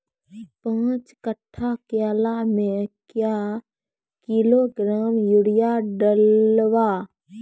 पाँच कट्ठा केला मे क्या किलोग्राम यूरिया डलवा?